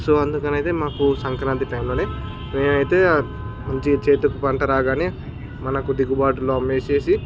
so అందుకనైతే మాకు సంక్రాంతి టైంలో మేమైతే మంచిగ చేతుకి పంట రాగానే మనకు దిగుబాటులో అమ్మేసి